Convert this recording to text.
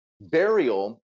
burial